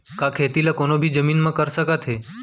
का खेती ला कोनो भी जमीन म कर सकथे?